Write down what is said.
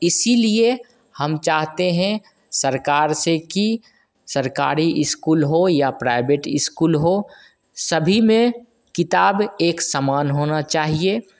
इसीलिए हम चाहते हैं सरकार से कि सरकारी स्कूल हो या प्राइबेट स्कूल हो सभी में किताब एक समान होना चाहिए